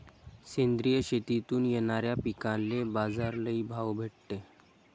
सेंद्रिय शेतीतून येनाऱ्या पिकांले बाजार लई भाव भेटते